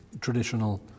traditional